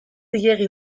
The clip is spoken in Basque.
zilegi